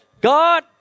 God